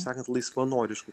sakant laisvanoriškai